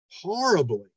horribly